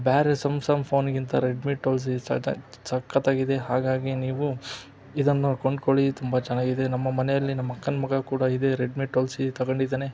ಬೇರೆ ಸಮ್ಸಂಗ್ ಫೋನ್ಗಿಂತ Redmi twelve C ಸಕ್ಕತ್ತಾಗಿದೆ ಹಾಗಾಗಿ ನೀವು ಇದನ್ನು ಕೊಂಡ್ಕೊಳ್ಳಿ ತುಂಬ ಚೆನ್ನಾಗಿದೆ ನಮ್ಮ ಮನೆಯಲ್ಲಿ ನಮ್ಮ ಅಕ್ಕನ ಮಗ ಕೂಡ ಇದೇ ರೆಡ್ಮಿ ಟ್ವಲ್ ಸಿ ತಗೊಂಡಿದಾನೆ